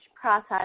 process